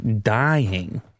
dying